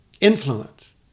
influence